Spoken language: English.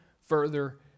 further